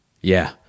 Yeah